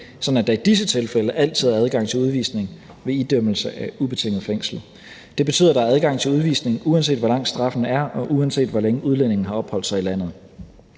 at der i disse tilfælde altid er adgang til udvisning ved idømmelse af ubetinget fængsel. Det betyder, at der er adgang til udvisning, uanset hvor lang straffen er, og uanset hvor længe udlændingen har opholdt sig i landet.